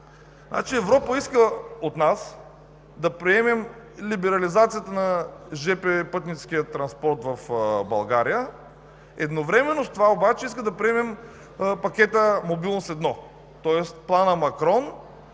стоки. Европа иска от нас да приемем либерализацията на пътническия жп транспорт в България. Едновременно с това обаче иска да приемем пакета „Мобилност 1“, тоест плана „Макрон“,